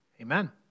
Amen